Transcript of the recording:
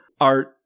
art